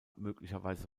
möglicherweise